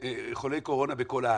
לחולי קורונה בכל הארץ,